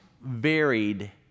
varied